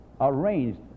arranged